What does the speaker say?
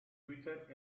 twitter